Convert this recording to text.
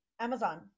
amazon